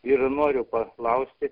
ir noriu paklausti